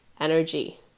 energy